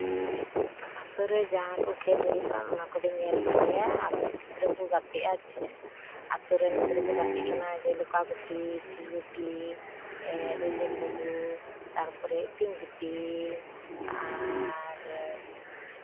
ᱟᱛᱳ ᱨᱮ ᱡᱟᱦᱟᱸ ᱠᱚ ᱠᱷᱮᱞ ᱦᱩᱭᱩᱜ ᱠᱟᱱ ᱚᱱᱟ ᱠᱚᱫᱚᱧ ᱧᱮᱞ ᱠᱟᱜ ᱜᱮᱭᱟ ᱟᱨ ᱜᱤᱫᱽᱨᱟᱹ ᱠᱚ ᱜᱟᱛᱮᱜᱼᱟ ᱡᱮ ᱟᱛᱳ ᱨᱮᱱ ᱜᱤᱫᱽᱨᱟᱹ ᱠᱚ ᱜᱟᱛᱮ ᱠᱟᱱᱟ ᱡᱮ ᱞᱚᱠᱠᱷᱟ ᱜᱷᱚᱴᱤ ᱴᱤᱨ ᱜᱷᱚᱴᱤ ᱮᱜ ᱮᱫᱮᱞ ᱜᱩᱰᱩ ᱛᱟᱨᱯᱚᱨᱮ ᱤᱛᱤᱧ ᱵᱤᱛᱤᱧ ᱟᱨ